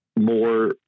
more